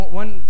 one